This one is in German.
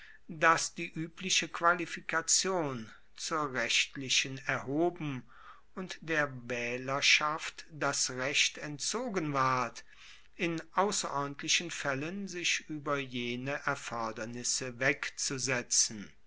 dass die uebliche qualifikation zur rechtlichen erhoben und der waehlerschaft das recht entzogen ward in ausserordentlichen faellen sich ueber jene erfordernisse wegzusetzen